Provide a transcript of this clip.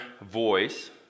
voice